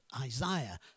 Isaiah